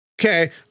Okay